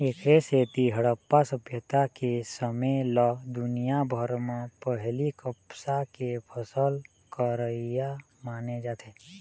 एखरे सेती हड़प्पा सभ्यता के समे ल दुनिया भर म पहिली कपसा के फसल करइया माने जाथे